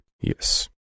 Yes